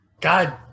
God